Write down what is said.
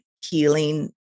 healing